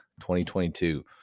2022